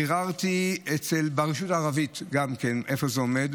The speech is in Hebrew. ביררתי גם ברשות הערבית איפה זה עומד,